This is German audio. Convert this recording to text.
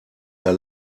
der